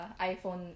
iPhone